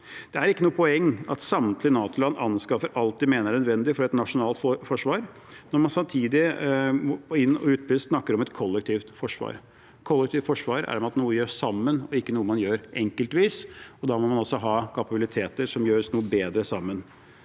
Det er ikke noe poeng at samtlige NATO-land anskaffer alt de mener er nødvendig for et nasjonalt forsvar når man samtidig, på inn- og utpust, snakker om et kollektivt forsvar. Kollektivt forsvar er noe man gjør sammen, ikke noe man gjør enkeltvis. Da må man også ha kapabiliteter som gjør oss noe bedre sammen.